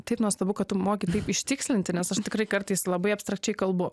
taip nuostabu kad tu moki taip ištikslinti nes aš tikrai kartais labai abstrakčiai kalbu